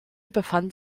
befand